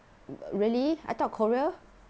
really I thought korea